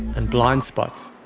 and blind spots.